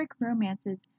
romances